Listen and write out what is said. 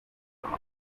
call